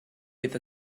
with